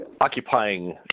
occupying